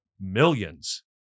millions